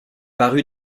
paru